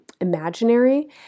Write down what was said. imaginary